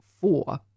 four